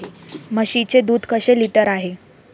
म्हशीचे दूध कसे लिटर आहे?